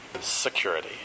security